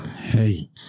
Hey